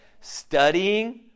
studying